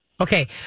Okay